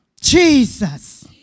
Jesus